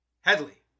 Headley